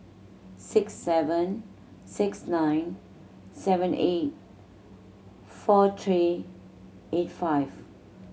six seven six nine seven eight four three eight five